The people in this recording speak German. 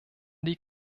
die